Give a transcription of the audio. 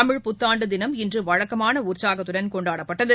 தமிழ் புத்தான்டுதினம் இன்றுவழக்கமானஉற்சாகத்துடன் கொண்டாடப்பட்டது